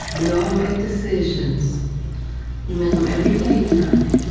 we all make decisions. we make em everyday, tonya.